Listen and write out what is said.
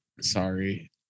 Sorry